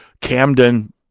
Camden